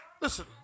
Listen